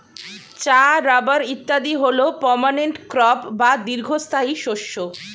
চা, রাবার ইত্যাদি হল পার্মানেন্ট ক্রপ বা দীর্ঘস্থায়ী শস্য